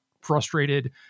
frustrated